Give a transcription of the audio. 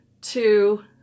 two